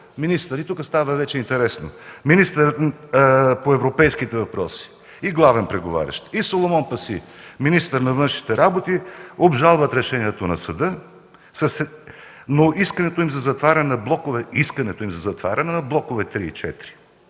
министър по европейските въпроси и главен преговарящ, и Соломон Паси – министър на външните работи, обжалват решението на съда, но искането им за затваряне на блокове ІІІ и